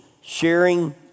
sharing